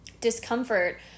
discomfort